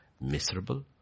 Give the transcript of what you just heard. miserable